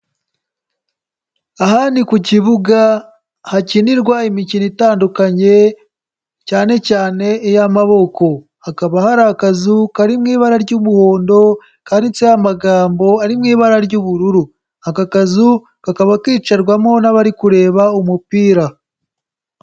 Aha ni ku kibuga hakinirwa imikino itandukanye cyane cyane iy'amaboko, hakaba hari akazu kari mu ibara ry'umuhondo kanditseho amagambo ari mu ibara ry'ubururu, aka kazu kakaba kicirwamo n'abari kureba umupira.